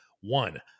One